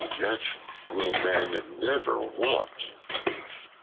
yet will men never want beef.